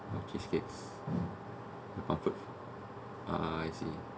oh cheese cake your comfort ah I see